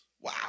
Wow